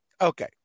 Okay